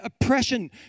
oppression